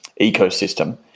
ecosystem